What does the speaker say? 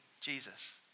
Jesus